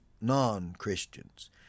non-Christians